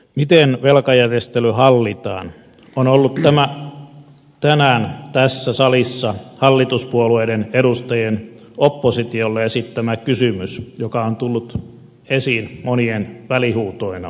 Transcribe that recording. miten velkajärjestely hallitaan on ollut tänään tässä salissa hallituspuolueiden edustajien oppositiolle esittämä kysymys joka on tullut esiin monien välihuutoina keskustelun alussa